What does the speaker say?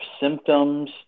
symptoms